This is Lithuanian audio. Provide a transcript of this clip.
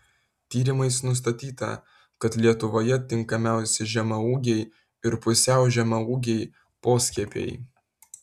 tyrimais nustatyta kad lietuvoje tinkamiausi žemaūgiai ir pusiau žemaūgiai poskiepiai